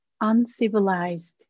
uncivilized